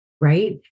right